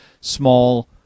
small